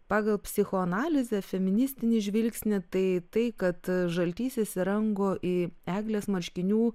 pagal psichoanalizę feministinį žvilgsnį tai tai kad žaltys įsirango į eglės marškinių